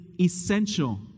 essential